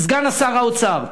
סגן שר האוצר,